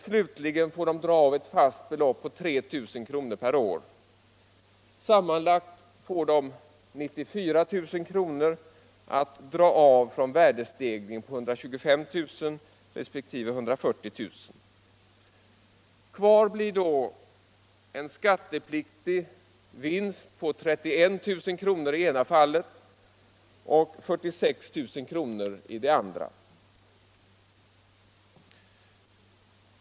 Slutligen får de dra av ett fast belopp på 3 000 kr. per år. Sammanlagt får de 94 000 kr. att dra av från värdestegringen på 125 000 resp. 140 000 kr. Kvar blir då en skattepliktig vinst på 31000 kr. i det ena fallet och 46 000 kr. i det andra.